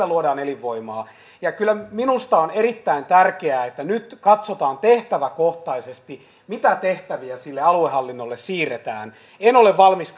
luodaan elinvoimaa kyllä minusta on erittäin tärkeää että nyt katsotaan tehtäväkohtaisesti mitä tehtäviä aluehallinnolle siirretään en ole valmis